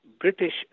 British